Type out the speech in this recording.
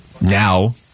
now